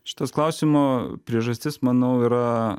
šitas klausimo priežastis manau yra